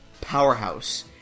powerhouse